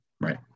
right